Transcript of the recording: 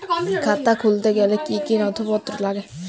খাতা খুলতে গেলে কি কি নথিপত্র লাগে?